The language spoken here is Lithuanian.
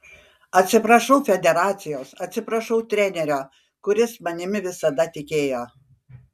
atsiprašau federacijos atsiprašau trenerio kuris manimi visada tikėjo